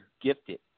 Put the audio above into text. gifted